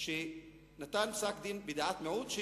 שנתן פסק-דין בדעת מיעוט,